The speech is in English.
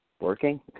working